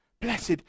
Blessed